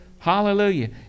Hallelujah